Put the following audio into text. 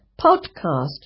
podcast